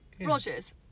Rogers